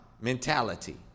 mentality